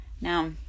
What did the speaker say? Now